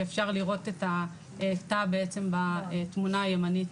אפשר לראות את התא בתמונה הימנית,